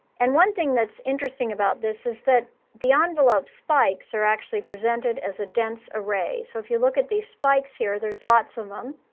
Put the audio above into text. and one thing that's interesting about this is that the envelope spikes are actually presented as a dense array. so if you look at these spikes here, there's lots of them,